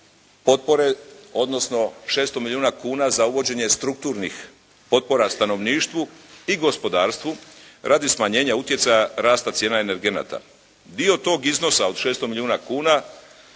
potpore, odnosno 600 milijuna kuna za uvođenje strukturnih potpora stanovništvu i gospodarstvu radi smanjenja utjecaja rasta cijena energenata. Dio tog iznosa od 600 milijuna kuna